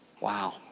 Wow